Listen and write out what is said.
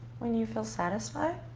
when you feel satisfied,